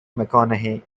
mcconaughey